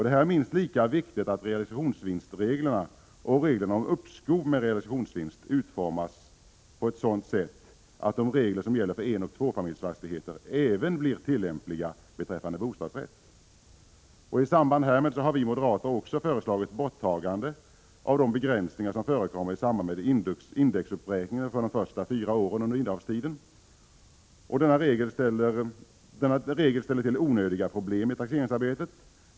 Det är minst lika viktigt att realisationsvinstsreglerna och reglerna om uppskov med realisationsvinst utformas på ett sådant sätt att de regler som gäller för enfamiljsoch tvåfamiljsfastigheter även blir tillämpliga beträffande bostadsrätt. I samband härmed har vi moderater också föreslagit borttagande av de begränsningar som förekommer i samband med indexuppräkningen för de fyra första åren under innehavstiden. Dessa begränsningar ställer till onödiga problem i taxeringsarbetet.